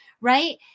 right